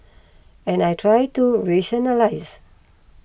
and I try to rationalise